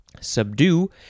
Subdue